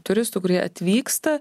turistų kurie atvyksta